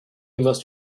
must